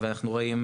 אנחנו רואים,